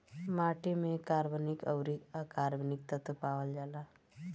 माटी में कार्बनिक अउरी अकार्बनिक तत्व पावल जाला